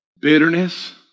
bitterness